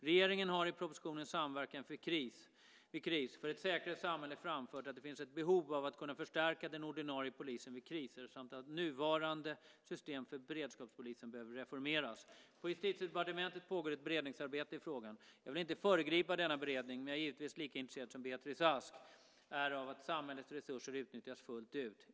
Regeringen har i propositionen Samverkan vid kris - för ett säkrare samhälle framfört att det finns ett behov av att kunna förstärka den ordinarie polisen vid kriser samt att nuvarande system för beredskapspolisen behöver reformeras. På Justitiedepartementet pågår ett beredningsarbete i frågan. Jag vill inte föregripa denna beredning men jag är givetvis lika intresserad som Beatrice Ask av att samhällets resurser utnyttjas fullt ut.